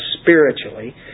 spiritually